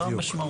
זו המשמעות.